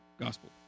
Gospel